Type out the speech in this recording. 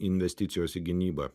investicijos į gynybą